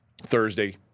Thursday